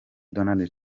donald